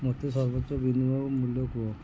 ମୋତେ ସର୍ବୋତ୍ତମ ବିନିମୟ ମୂଲ୍ୟ କୁହ